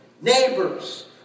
neighbors